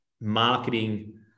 marketing